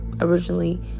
originally